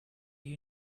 you